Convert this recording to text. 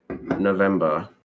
November